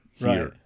Right